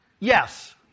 Yes